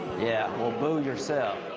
yeah, well, boo yourself.